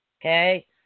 Okay